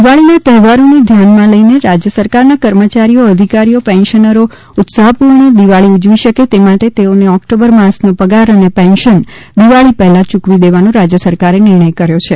દિવાળીના તહેવારોને ધ્યાનમાં લઈને રાજ્ય સરકારના કર્મચારીઓ અધિકારીઓ પેન્શનરો ઉત્સાહપૂર્વક દિવાળી ઉજવી શકે તે માટે તેઓને ઓક્ટોબર માસનો પગાર અને પેન્શન દિવાળી પહેલાં ચૂકવી દેવાનો રાજ્ય સરકારે નિર્ણય કર્યો છે